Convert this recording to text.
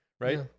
Right